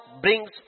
brings